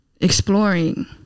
exploring